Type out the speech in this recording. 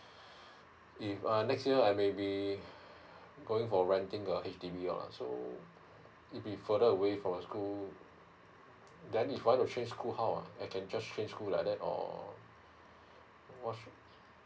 if next year I may be um going for renting a H_D_B one ah so if we'll be further away from the school then if I want to change school how ah I can just change school like that or oh what's